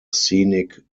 scenic